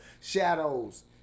shadows